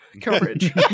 coverage